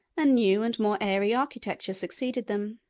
and new and more airy architecture succeeded them.